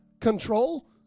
control